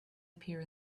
appear